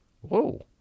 whoa